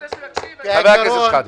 כן, חבר הכנסת שחאדה.